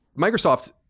Microsoft